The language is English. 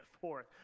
forth